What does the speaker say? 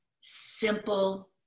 simple